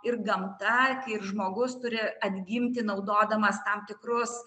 ir gamta ir žmogus turi atgimti naudodamas tam tikrus